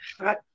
hot